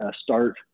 start